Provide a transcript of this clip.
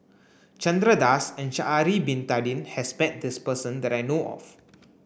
Chandra Das and Sha'ari bin Tadin has bet this person that I know of